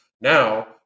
Now